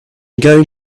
going